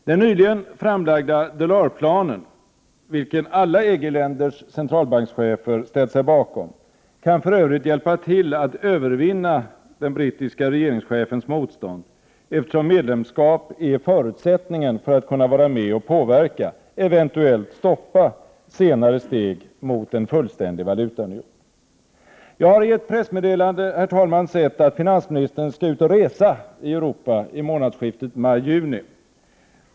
Den nyligen framlagda Delorsplanen, vilken alla EG-länders centralbankschefer har ställt sig bakom, kan för övrigt hjälpa till att övervinna den brittiska regeringschefens motstånd, eftersom medlemskap skapar förutsättningen för att kunna vara med och påverka, eventuellt stoppa, senare steg mot en fullständig valutaunion. Jag har i ett pressmeddelande sett att finansministern skall ut och resa i Europa i månadsskiftet maj-juni.